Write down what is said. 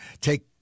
take